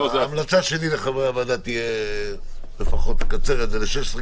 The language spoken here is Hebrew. ההמלצה שלי לחברי הוועדה תהיה לפחות לקצר את זה ל-16,